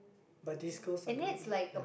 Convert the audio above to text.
but these girls are doing